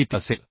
किती असेल